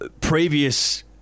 previous